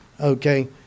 okay